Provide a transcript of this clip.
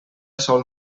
sol